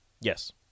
Yes